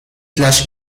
flash